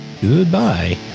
Goodbye